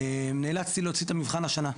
נאלצתי להוציא את המבחן השנה,